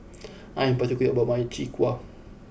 I am particular about my Chwee Kueh